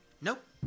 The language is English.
nope